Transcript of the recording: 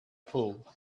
pull